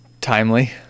timely